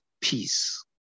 peace